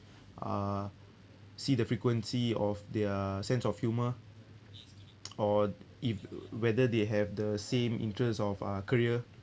uh see the frequency of their sense of humour or if whether they have the same interest of uh career